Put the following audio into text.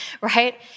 right